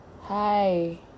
hi